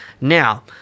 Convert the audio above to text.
Now